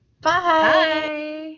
bye